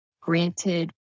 granted